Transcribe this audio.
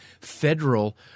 federal